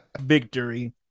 Victory